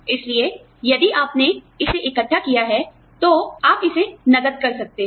इसलिए यदि आपने इसे इकट्ठा किया है तो आप जानते हैं आप इसे नक़द करने सकते हैं